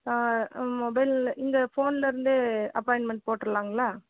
ஆ mobile இந்த ஃபோன்லேர்ந்தே appointment போட்டுடலாங்களா